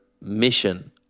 mission